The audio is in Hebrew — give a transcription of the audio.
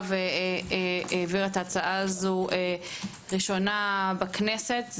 והעבירה את ההצעה הזו ראשונה בכנסת.